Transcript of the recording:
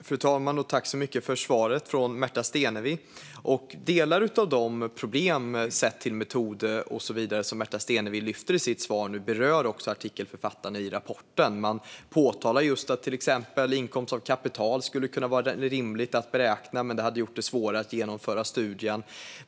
Fru talman! Tack så mycket för svaret från Märta Stenevi! Delar av de problem sett till metod och så vidare som Märta Stenevi lyfter i sitt svar berör också artikelförfattarna i rapporten. Man påpekar just att till exempel inkomst av kapital skulle kunna vara rimligt att beräkna men säger att det hade gjort det svårare att genomföra studien.